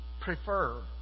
prefer